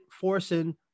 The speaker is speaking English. forcing